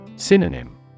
Synonym